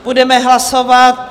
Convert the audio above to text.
Budeme hlasovat.